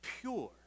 pure